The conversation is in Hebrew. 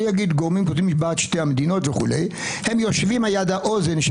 גורמים משתי המדינות שיושבים ליד האוזן של